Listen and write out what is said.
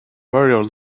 very